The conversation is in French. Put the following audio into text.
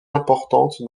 importante